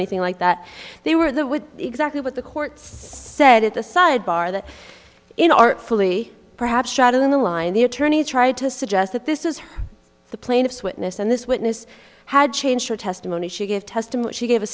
anything like that they were there with exactly what the court said at the sidebar that in artfully perhaps shot in the line the attorney tried to suggest that this is the plaintiff's witness and this witness had changed her testimony she gave testimony she gave a